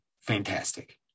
fantastic